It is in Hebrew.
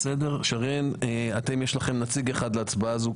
יש לכם נציג אחד להצבעה הזו,